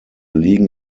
liegen